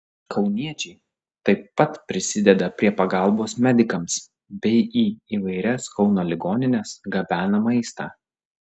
kauniečiai taip pat prisideda prie pagalbos medikams bei į įvairias kauno ligonines gabena maistą